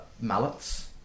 mallets